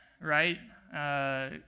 right